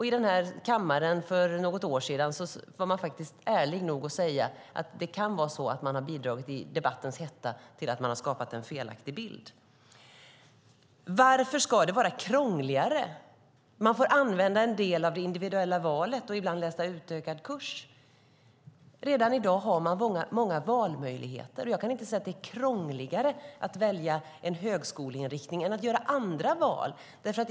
I den här kammaren var man för något år sedan ärlig nog att säga att man i debattens hetta kunde ha bidragit till att skapa en felaktig bild. Varför ska det vara krångligare? Man får använda en del av det individuella valet och ibland läsa utökad kurs. Redan i dag har man många valmöjligheter. Jag kan inte se att det är krångligare att välja en högskoleinriktning än att göra andra val.